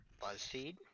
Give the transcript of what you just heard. Buzzfeed